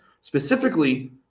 specifically